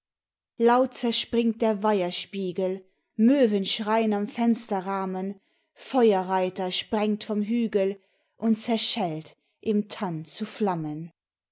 laut zerspringt der weiherspiegel möven schrein am fensterrahmen feuerreiter sprengt vom hügel und zerschellt im tann zu flammen